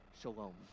shalom